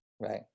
right